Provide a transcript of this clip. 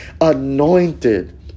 anointed